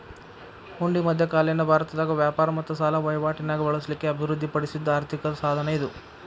ಹುಂಡಿ ಮಧ್ಯಕಾಲೇನ ಭಾರತದಾಗ ವ್ಯಾಪಾರ ಮತ್ತ ಸಾಲ ವಹಿವಾಟಿ ನ್ಯಾಗ ಬಳಸ್ಲಿಕ್ಕೆ ಅಭಿವೃದ್ಧಿ ಪಡಿಸಿದ್ ಆರ್ಥಿಕ ಸಾಧನ ಇದು